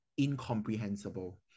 incomprehensible